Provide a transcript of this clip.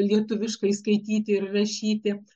lietuviškai skaityti ir rašyti